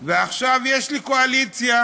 ועכשיו, יש לי קואליציה